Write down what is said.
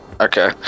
Okay